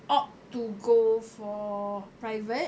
opt to go for private